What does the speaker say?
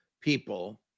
people